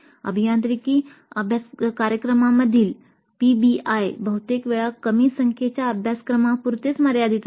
अभियांत्रिकी कार्यक्रमांमधील पीबीआय बहुतेक वेळा कमी संख्येच्या अभ्यासक्रमांपुरतेच मर्यादित असते